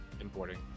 importing